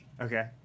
Okay